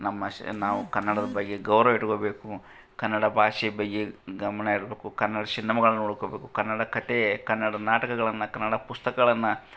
ನಮ್ಮಶ್ ನಾವು ಕನ್ನಡದ ಬಗ್ಗೆ ಗೌರವ ಇಟ್ಕೊಬೇಕು ಕನ್ನಡ ಭಾಷೆಯ ಬಗ್ಗೆ ಗಮನ ಇರಬೇಕು ಕನ್ನಡ ಸಿನ್ಮಾಗಳು ನೋಡ್ಕೊಬೇಕು ಕನ್ನಡ ಕತೆ ಕನ್ನಡ ನಾಟಕಗಳನ್ನ ಕನ್ನಡ ಪುಸ್ತಕಗಳನ್ನು